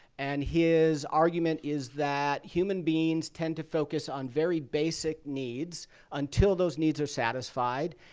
and his argument is that human beings tend to focus on very basic needs until those needs are satisfied,